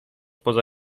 poza